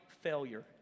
failure